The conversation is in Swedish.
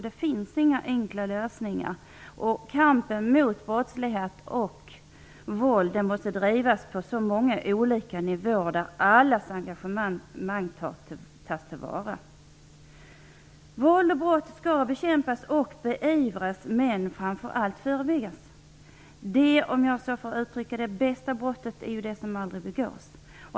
Det finns inga enkla lösningar. Kampen mot brottslighet och våld måste drivas på så många olika nivåer, där allas engagemang tas till vara. Våld och brott skall bekämpas och beivras, men framför allt förebyggas. Det bästa brottet, om jag så får uttrycka det, är ju det som aldrig begås.